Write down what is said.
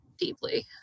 deeply